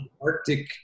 arctic